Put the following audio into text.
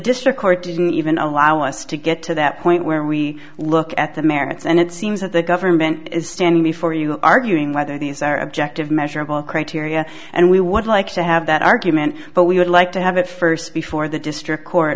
district court didn't even allow us to get to that point where we look at the merits and it seems that the government is standing before you arguing whether these are objective measurable criteria and we would like to have that argument but we would like to have it first before the district court